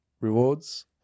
Rewards